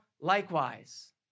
likewise